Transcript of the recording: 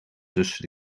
tussen